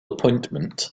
appointment